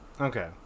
Okay